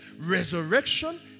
resurrection